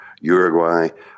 uruguay